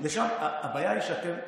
הבעיה היא שאתם,